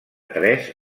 tres